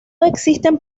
existen